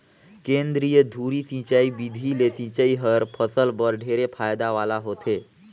केंद्रीय धुरी सिंचई बिधि ले सिंचई हर फसल बर ढेरे फायदा वाला होथे